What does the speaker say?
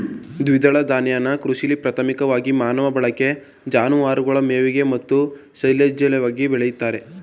ದ್ವಿದಳ ಧಾನ್ಯನ ಕೃಷಿಲಿ ಪ್ರಾಥಮಿಕವಾಗಿ ಮಾನವ ಬಳಕೆ ಜಾನುವಾರುಗಳ ಮೇವಿಗೆ ಮತ್ತು ಸೈಲೆಜ್ಗಾಗಿ ಬೆಳಿತಾರೆ